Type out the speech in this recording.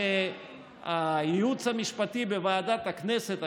שהייעוץ המשפטי בוועדת הכנסת,